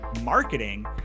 Marketing